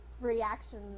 reaction